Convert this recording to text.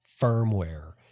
firmware